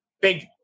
big